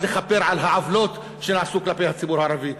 לכפר על העוולות שנעשו כלפי הציבור הערבי.